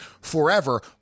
forever